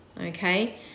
Okay